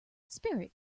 spirit